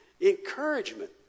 Encouragement